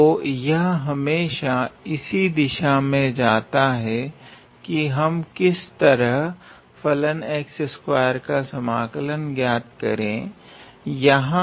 तो यह हमेशा इसी दिशा में जाता है की हम किस तरह फलन का समाकलन ज्ञात करे यहाँ